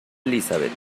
elizabeth